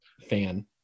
fan